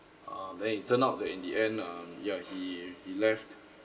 um then it turn out that in the end um ya he he left